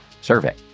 survey